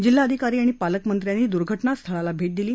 जिल्हाधिकारी आणि पालकमंत्र्यांनी दर्घटना स्थळाला भेट दिली